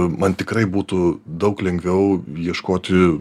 man tikrai būtų daug lengviau ieškoti